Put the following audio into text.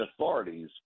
authorities